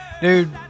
dude